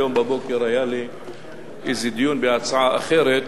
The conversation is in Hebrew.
היום בבוקר היה לי איזה דיון בהצעה אחרת,